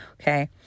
Okay